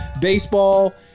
baseball